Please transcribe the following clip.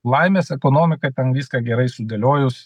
laimės ekonomika ten viską gerai sudėliojus